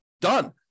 Done